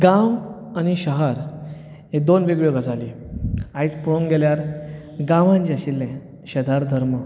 गांव आनी शहर ह्यो दोन वेगळ्यो गजाली आयज पळोवंक गेल्यार गांवांत जें आशिल्लें शेजारधर्म